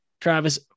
Travis